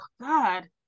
God